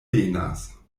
benas